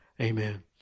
Amen